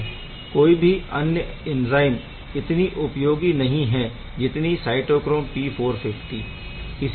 कोई भी अन्य ऐंज़ाइम इतनी उपयोगी नहीं है जितनी साइटोक्रोम P450